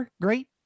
great